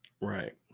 right